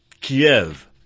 Kiev